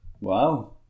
Wow